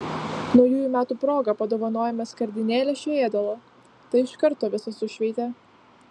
naujųjų metų proga padovanojome skardinėlę šio ėdalo tai iš karto visą sušveitė